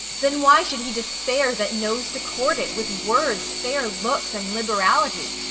then why should he despair that knows to court it with words, fair looks, and liberality?